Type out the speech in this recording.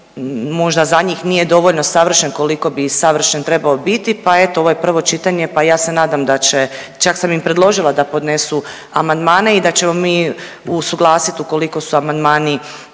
možda za njih nije dovoljno savršen koliko bi savršen trebao biti pa eto ovo je prvo čitanje pa ja se nadam da će, čak sam im predložila da podnesu amandmane i da ćemo mi usuglasit ukoliko su amandmani